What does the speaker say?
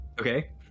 Okay